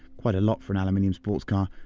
quite a lot for an aluminum sports car.